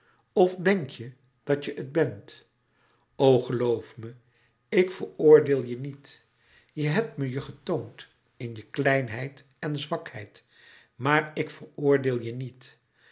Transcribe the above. of dènk je dat je het bent o geloof me ik veroordeel je niet je hebt me je getoond in je kleinheid en zwakheid maar ik veroordeel je niet